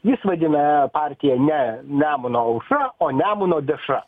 jis vadina partiją ne nemuno aušra o nemuno dešra